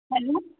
hello